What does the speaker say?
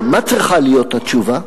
מה צריכה להיות התשובה?